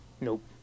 nope